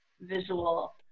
visual